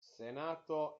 senato